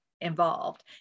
involved